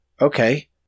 Okay